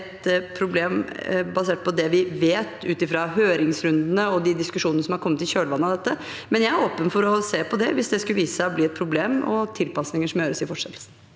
dette et problem, basert på det vi vet ut fra høringsrundene og de diskusjonene som har kommet i kjølvannet av dette, men jeg er åpen for å se på det hvis det skulle vise seg å bli et problem og tilpasninger må gjøres i fortsettelsen.